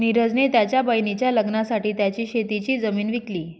निरज ने त्याच्या बहिणीच्या लग्नासाठी त्याची शेतीची जमीन विकली